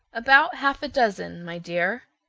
about half a dozen, my dear.